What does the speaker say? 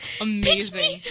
Amazing